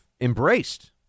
embraced